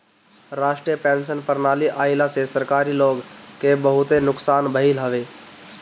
राष्ट्रीय पेंशन प्रणाली आईला से सरकारी लोग के बहुते नुकसान भईल हवे